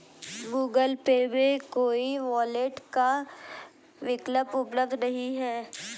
Google Pay में कोई wallet का विकल्प उपलब्ध नहीं है